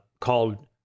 called